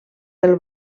del